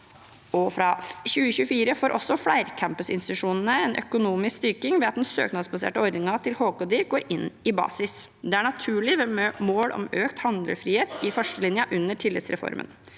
Fra 2024 får også flercampusinstitusjoner en økonomisk styrking ved at den søknadsbaserte ordningen til HK-dir går inn i basisfinansieringen. Det er naturlig ved mål om økt handlefrihet i førstelinjen under tillitsreformen.